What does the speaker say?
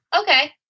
Okay